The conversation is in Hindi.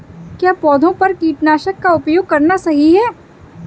क्या पौधों पर कीटनाशक का उपयोग करना सही है?